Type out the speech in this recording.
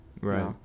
Right